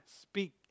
speak